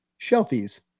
Shelfies